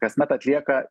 kasmet atlieka